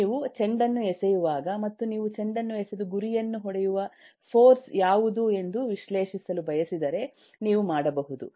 ನೀವು ಚೆಂಡನ್ನು ಎಸೆಯುವಾಗ ಮತ್ತು ನೀವು ಚೆಂಡನ್ನು ಎಸೆದು ಗುರಿಯನ್ನು ಹೊಡೆಯುವ ಫೋರ್ಸ್ ಯಾವುದು ಎಂದು ವಿಶ್ಲೇಷಿಸಲು ಬಯಸಿದರೆ ನೀವು ಮಾಡಬಹುದು